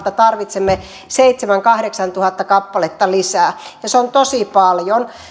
tarvitsemme seitsemäntuhatta viiva kahdeksantuhatta kappaletta lisää ja se on tosi paljon